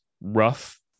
rough